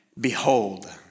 behold